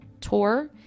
tour